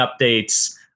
updates